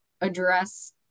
address